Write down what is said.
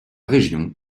région